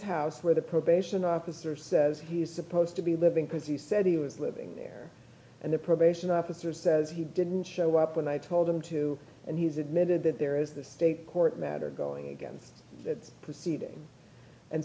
house where the probation officer says he's supposed to be living because he said he was living there and the probation officer says he didn't show up when i told him to and he's admitted that there is the state court that are going against that proceeding and